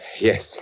Yes